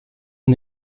est